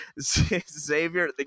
Xavier